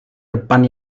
depan